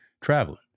traveling